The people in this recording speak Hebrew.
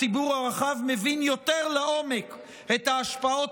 הציבור הרחב מבין יותר לעומק את ההשפעות